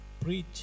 preach